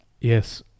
Yes